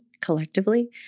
collectively